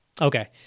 Okay